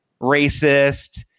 racist